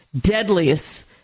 deadliest